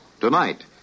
Tonight